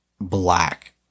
black